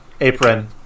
apron